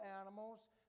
animals